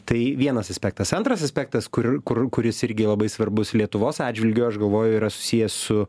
tai vienas aspektas antras aspektas kur kur kuris irgi labai svarbus lietuvos atžvilgiu aš galvoju yra susiję su